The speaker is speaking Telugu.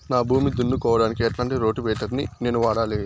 నా భూమి దున్నుకోవడానికి ఎట్లాంటి రోటివేటర్ ని నేను వాడాలి?